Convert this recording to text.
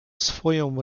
swoją